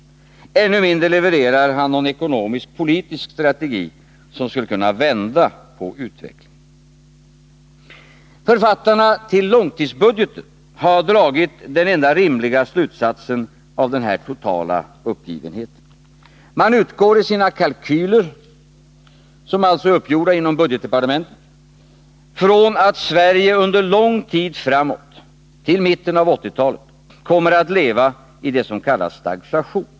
Ännu mindre levererar han någon ekonomiskpolitisk strategi som skulle kunna vända på utvecklingen. Författarna till långtidsbudgeten har dragit de enda rimliga slutsatserna av denna totala uppgivenhet. De utgår i sina kalkyler, som alltså är uppgjorda inom budgetdepartementet, från att Sverige under lång tid framåt — till mitten av 1980-talet — kommer att leva i det som kallas stagflation.